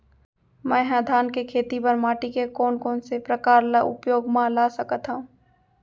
मै ह धान के खेती बर माटी के कोन कोन से प्रकार ला उपयोग मा ला सकत हव?